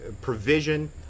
provision